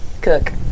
cook